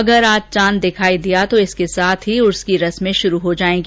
अगर आज चांद दिखाई दिया तो इसके साथ ही उर्स की रस्में शुरु हो जायेंगी